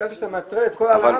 אתה מנטרל את כל --- אורי,